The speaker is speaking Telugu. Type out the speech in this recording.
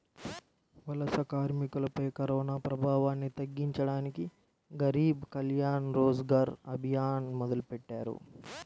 వలస కార్మికులపై కరోనాప్రభావాన్ని తగ్గించడానికి గరీబ్ కళ్యాణ్ రోజ్గర్ అభియాన్ మొదలెట్టారు